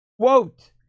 quote